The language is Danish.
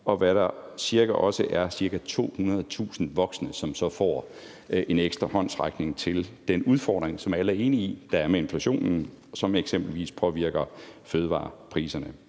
2.200 børn og ca. 200.000 voksne, som så får en ekstra håndsrækning til den udfordring, som alle er enige i følger af inflationen, som eksempelvis påvirker fødevarepriserne.